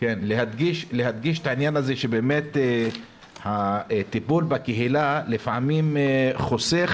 להדגיש את העניין הזה שבאמת הטיפול בקהילה לפעמים חוסך